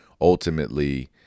ultimately